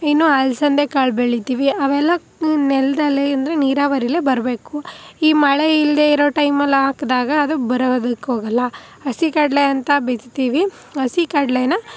ಇನ್ನೂ ಹಲ್ಸಂದೆ ಕಾಳು ಬೆಳಿತೀವಿ ಅವೆಲ್ಲ ಈ ನೆಲದಲ್ಲೇ ಅಂದರೆ ನೀರಾವರಿಯಲ್ಲೆ ಬರಬೇಕು ಈ ಮಳೆ ಇಲ್ಲದೆ ಇರೋ ಟೈಮಲ್ಲಿ ಹಾಕ್ದಾಗ ಅದು ಬರೋದಕ್ಕೆ ಹೋಗೋಲ್ಲ ಹಸಿ ಕಡಲೆ ಅಂತ ಬಿತ್ತುತ್ತೀವಿ ಹಸಿ ಕಡಲೆನ